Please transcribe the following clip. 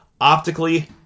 optically